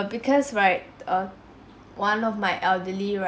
because right err one of my elderly ri~